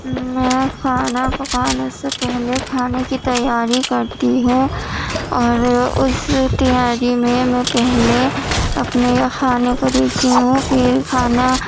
میں کھانا پکانے سے پہلے کھانے کی تیاری کرتی ہوں اور اس تیاری میں میں پہلے اپنے کھانے کو دیکھتی ہوں کہ کھانا